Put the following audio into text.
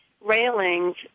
railings